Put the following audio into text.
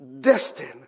Destined